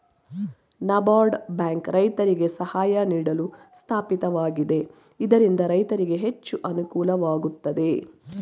NABARD bank ರೈತರಿಗೆ ಸಹಾಯ ನೀಡಲು ಸ್ಥಾಪಿತವಾಗಿದೆ ಇದರಿಂದ ರೈತರಿಗೆ ಹೆಚ್ಚು ಅನುಕೂಲವಾಗುತ್ತದೆ